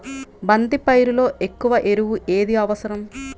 బంతి పైరులో ఎక్కువ ఎరువు ఏది అవసరం?